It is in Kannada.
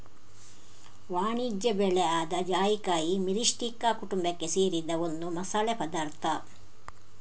ವಾಣಿಜ್ಯ ಬೆಳೆ ಆದ ಜಾಯಿಕಾಯಿ ಮಿರಿಸ್ಟಿಕಾ ಕುಟುಂಬಕ್ಕೆ ಸೇರಿದ ಒಂದು ಮಸಾಲೆ ಪದಾರ್ಥ